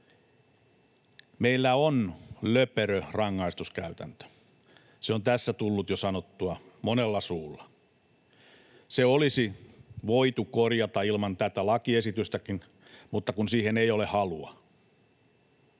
Meillä on löperö rangaistuskäytäntö. Se on tässä tullut jo sanottua monella suulla. Se olisi voitu korjata ilman tätä lakiesitystäkin, mutta kun siihen ei ole halua.